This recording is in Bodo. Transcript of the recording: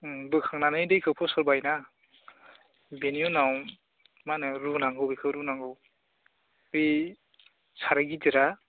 उम बोखांनानै दैखौ फसरबाय ना बेनि उनाव मा होनो रुनांगौ बेखौ रुनांगौ बै साराइ गिदिरा